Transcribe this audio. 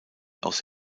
aus